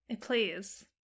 please